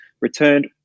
returned